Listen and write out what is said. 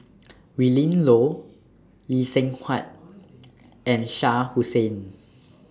Willin Low Lee Seng Huat and Shah Hussain